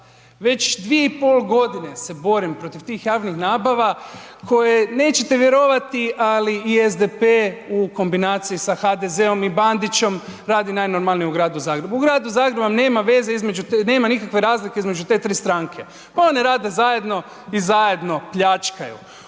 zapad, već 2,5 godine se borim protiv tih javnih nabava koje nećete vjerovati ali i SDP u kombinaciji sa HDZ-om i Bandićem radi najnormalnije u gradu Zagrebu. U gradu Zagrebu vam nema veze, nema nikakve razlike između te tri stranke. Pa oni rade zajedno i zajedno pljačkaju.